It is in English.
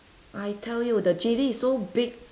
I tell you the chilli is so big